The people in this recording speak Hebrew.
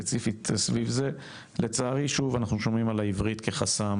סביב זה, לצערי שוב אנחנו שומעים על העברית כחסם